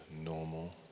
normal